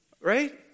right